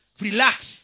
Relax